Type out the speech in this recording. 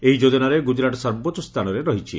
ଏହି ଯୋଜନାରେ ଗୁଜରାଟ୍ ସର୍ବୋଚ୍ଚ ସ୍ଥାନରେ ରହିଛି